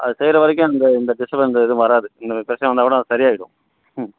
அது செய்கிற வரைக்கும் அந்த இந்த டிஸ்பென்ஸ் இது வராது இந்த பிரச்சினை வந்தால் கூட சரிய ஆகிடும் ம்